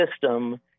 system